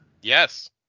Yes